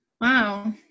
Wow